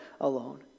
alone